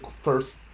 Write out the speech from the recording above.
first